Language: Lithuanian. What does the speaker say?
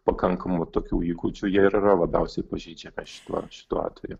pakankamų tokių įgūdžių jie ir yra labiausiai pažeidžiami šituo šituo atveju